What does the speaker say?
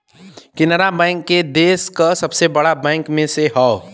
Canara bank देस का सबसे बड़ा बैंक में से हौ